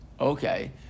Okay